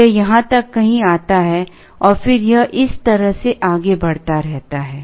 यह यहाँ तक कहीं आता है और फिर यह इस तरह से आगे बढ़ता रहता है